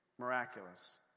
Miraculous